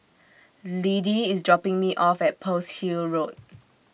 Liddie IS dropping Me off At Pearl's Hill Road